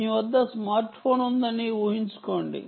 మీ వద్ద smartphone ఉందని ఊహించుకోండి